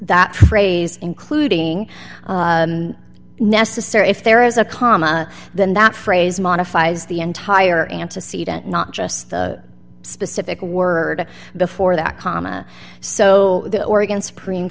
that phrase including necessary if there is a comma then that phrase modifies the entire antecedent not just the specific word before that comma so oregon supreme